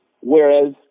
Whereas